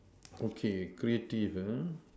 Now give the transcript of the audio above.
okay creative ah